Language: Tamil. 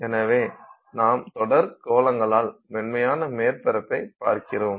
எனவே நாம் தொடர் கோளங்களால் மென்மையான மேற்பரப்பைப் பார்க்கிறோம்